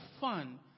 fun